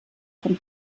von